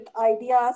ideas